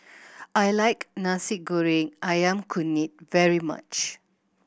I like Nasi Goreng Ayam Kunyit very much